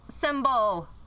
symbol